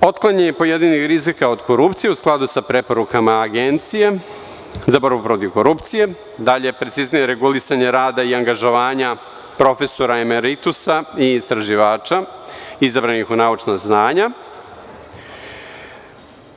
Otklanjanje pojedinih rizika od korupcije u skladu sa preporukama Agencije za borbu protiv korupcije, dalje, preciznije regulisanje rada i angažovanja profesora emeritusa i istraživača izabranih od naučnog znanja,